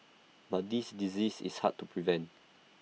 but this disease is hard to prevent